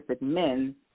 men